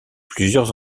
plusieurs